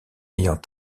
ayant